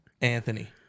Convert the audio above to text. Anthony